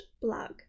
blog